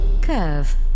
curve